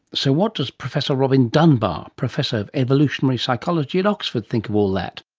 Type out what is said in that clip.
so what does professor robin dunbar, professor of evolutionary psychology in oxford think of all that?